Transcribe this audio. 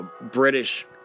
British